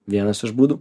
vienas iš būdų